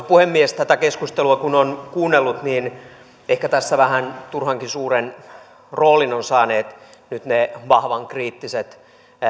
puhemies tätä keskustelua kun on kuunnellut niin ehkä tässä vähän turhankin suuren roolin ovat saaneet nyt ne vahvan kriittiset